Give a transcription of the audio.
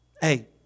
hey